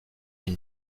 une